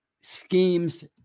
schemes